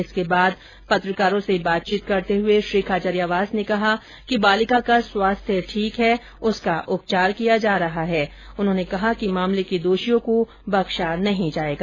इसके बाद पत्रकारों से बातचीत करते हुए श्री खाचरियावास ने कहा कि बालिका का स्वास्थ्य ठीक है उसका उपचार किया जा रहा है उन्होंने कहा कि मामले के दोषियों को बख्शा नहीं जाएगा